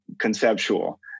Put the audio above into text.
conceptual